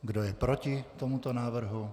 Kdo je proti tomuto návrhu?